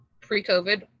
pre-COVID